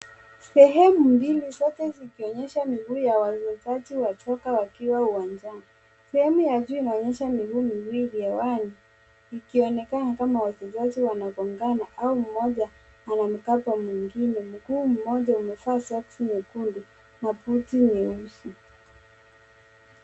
Sehemu mbili zote zikionyesha miguu ya watoti watatu wakiwa uwanjani. Sehemu ya juu unaonyesha miguu miwili hewani vikionekana kama wachezaji wanagongana au mmoja anamka kwa mwingine miguu mmoja umevaa shati nyekundu mabuti nyeusi.